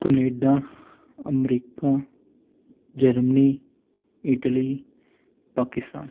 Canada America Germany Italy Pakistan